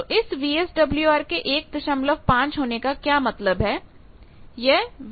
तो इस VSWR के 15 होने का क्या मतलब है